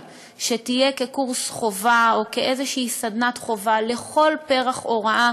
שתהיה קורס חובה או איזושהי סדנת חובה לכל פרח הוראה,